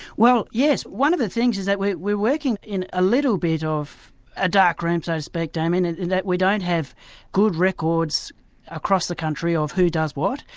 well yes. one of the things is that we're we're working in a little bit of a dark room, so to speak damien, and is that we don't have good records across the country of who does what.